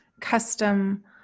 custom